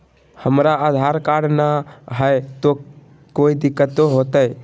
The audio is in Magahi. हमरा आधार कार्ड न हय, तो कोइ दिकतो हो तय?